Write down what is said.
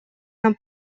нам